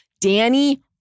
Danny